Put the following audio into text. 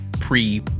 pre